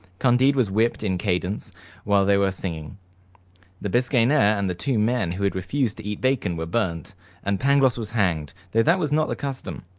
candide was whipped in cadence while they were singing the biscayner, and the two men who had refused to eat bacon, were burnt and pangloss was hanged, though that was not the custom.